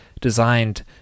designed